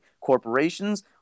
Corporations